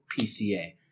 PCA